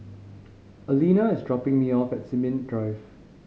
Alena is dropping me off at Sin Ming Drive